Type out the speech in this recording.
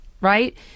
right